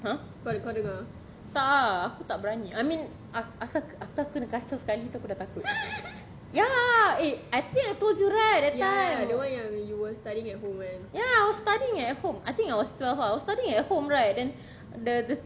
!huh! tak ah aku tak berani I mean ak~ ak~ aku takut kena kacau sekali tu aku dah takut ya eh I think I told you right that time then ya I was studying at home I think I was twelve ah I was studying at home right then the the